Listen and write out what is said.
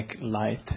light